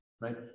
right